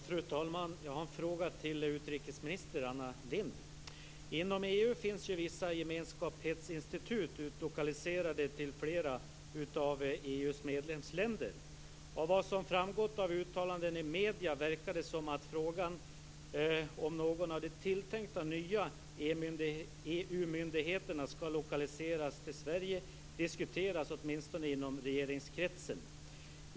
Fru talman! Jag har en fråga till utrikesminister Anna Lindh. Inom EU finns vissa gemenskaphetsinstitut utlokaliserade till flera av EU:s medlemsländer. Av vad som framgått av uttalanden i medierna verkar det som att frågan om någon av de tilltänkta nya EU myndigheterna skall lokaliseras till Sverige åtminstone diskuteras i regeringskretsen.